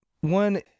one